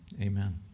amen